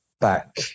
back